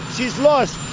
she's lost.